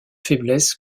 faiblesses